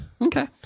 Okay